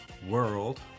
world